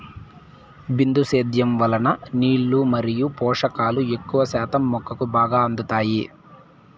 బిందు సేద్యం వలన నీళ్ళు మరియు పోషకాలు ఎక్కువ శాతం మొక్కకు బాగా అందుతాయి